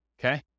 Okay